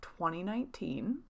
2019